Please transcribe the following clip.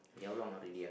we how long already ah